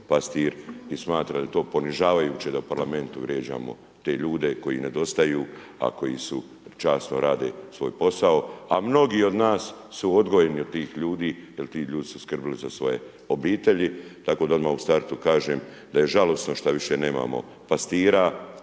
i smatram da je to ponižavajuće da u Parlamentu vrijeđamo te ljude koji nedostaju a koji časno rade svoj posao a mnogi od nas su odgojeni od tih ljudi jer ti ljudi su skrbili za svoje obitelji tako da odmah u startu kažem da je žalosno šta više nemamo pastira